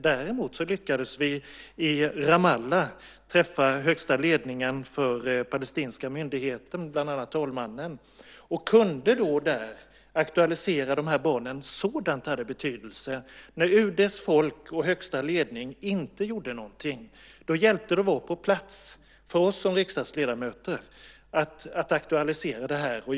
Däremot lyckades vi i Ramallah träffa högsta ledningen för den palestinska myndigheten, bland annat talmannen, och kunde då aktualisera de här barnen. Sådant hade betydelse. När UD:s folk och högsta ledning inte gjorde någonting hjälpte det att vi riksdagsledamöter var på plats och aktualiserade detta.